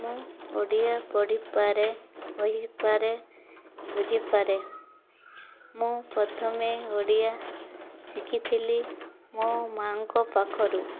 ମୁଁ ଓଡ଼ିଆ ପଢ଼ିପାରେ କହିପାରେ ବୁଝିପାରେ ମୁଁ ପ୍ରଥମେ ଓଡ଼ିଆ ଶିଖିଥିଲି ମୋ ମାଙ୍କ ପାଖରୁ